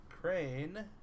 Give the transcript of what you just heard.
crane